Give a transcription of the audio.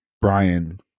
Brian